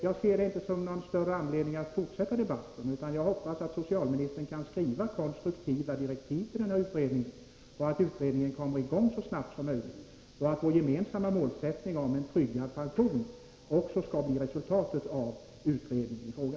Jag ser inte någon större anledning att fortsätta debatten, utan jag hoppas att socialministern kan skriva konstruktiva direktiv till denna utredning, att utredningen kommer i gång så snabbt som möjligt och att vårt gemensamma mål, om en tryggad pension, också skall bli resultatet av utredningen i fråga.